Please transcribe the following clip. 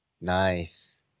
nice